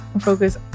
focus